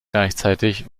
gleichzeitig